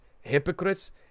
hypocrites